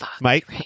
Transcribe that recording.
Mike